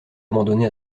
abandonné